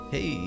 Hey